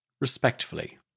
respectfully